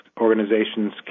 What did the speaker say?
organizations